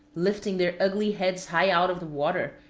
lifting their ugly heads high out of the water,